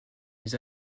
ils